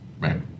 Right